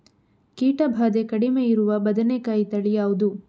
ಕೀಟ ಭಾದೆ ಕಡಿಮೆ ಇರುವ ಬದನೆಕಾಯಿ ತಳಿ ಯಾವುದು?